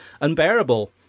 unbearable